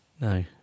no